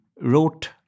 wrote